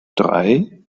drei